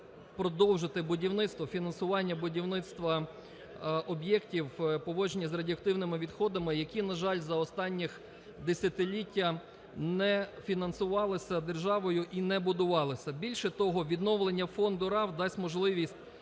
продовжити будівництво, фінансування будівництва об'єктів поводження з радіоактивними відходами, які, на жаль, за останні десятиліття не фінансувалися державою і не будувалися. Більше того, відновлення Фонду РАВ дасть можливість